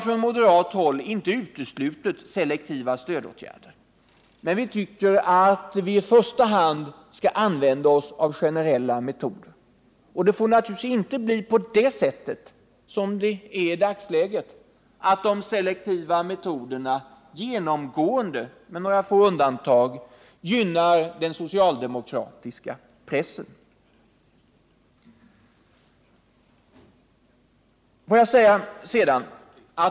På moderat håll har vi inte uteslutit selektiva stödåtgärder, men vi tycker att man i första hand bör använda sig av generella metoder. Det får naturligtvis inte bli så som det är i dag, nämligen att de selektiva metoderna med några få undantag gynnar den socialdemokratiska pressen.